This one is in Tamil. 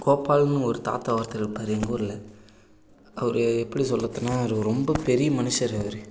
கோபாலுன்னு ஒரு தாத்தா ஒருத்தர் இருப்பாரு எங்கூரில் அவர் எப்படி சொல்கிறதுன்னா அவர் ரொம்ப பெரிய மனிஷரு அவர்